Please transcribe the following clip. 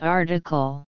article